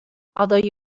although